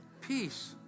Peace